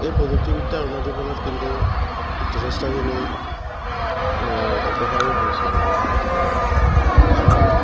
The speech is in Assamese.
এই প্ৰযুক্তিবিদ্যাৰ উন্নতিৰ ফলত কিন্তু যথেষ্টখিনি অপকাৰো হৈছে মানুহৰ জীৱনত কাৰণ